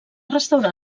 restaurar